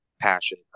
passion